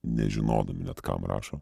nežinodami net kam rašo